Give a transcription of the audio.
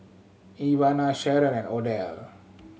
Ivana Sheron and Odell